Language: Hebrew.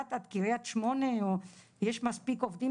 שמאילת עד קרית שמונה יש מספיק עובדים